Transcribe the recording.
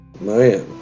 man